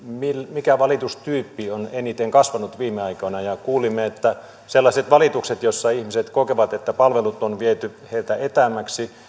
mikä valitustyyppi on eniten kasvanut viime aikoina ja kuulimme että sellaiset valitukset joissa ihmiset kokevat että palvelut on viety heiltä etäämmäksi ja